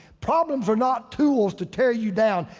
problems are not tools to tear you down.